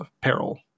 peril